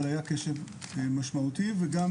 אבל היה קשב משמעותי וגם,